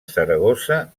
saragossa